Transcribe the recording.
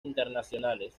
internacionales